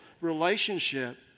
relationship